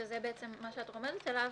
שזה בעצם מה שאת רומזת עליו,